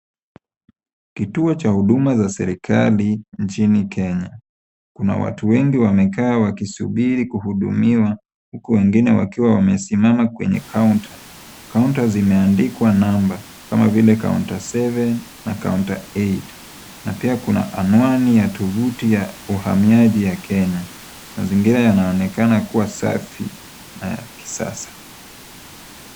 Kituo Cha huduma za serikali nchini Kenya , Kuna watu wengi wamekaa wakisubiri kuhudumiwa huku wengine wakiwa Wamesimama kwenye counter (cs), counter (cs)zimeandikwa namba kama vile counter 7(cs) na counter 8(cs),na pia Kuna anwani ya tofuti ya uhamiaji Kenya , mazingira yanaonekana kua safi na ya kisasa.